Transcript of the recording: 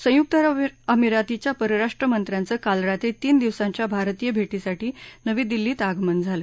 संयुक्त अरब अमिरातीच्या परराष्ट्र मंत्र्यांच काल रात्री तीन दिवसांच्या भारत भेटीसाठी नवी दिल्लीत आगमन झालं